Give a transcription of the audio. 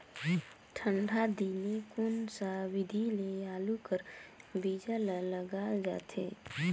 ठंडा दिने कोन सा विधि ले आलू कर बीजा ल लगाल जाथे?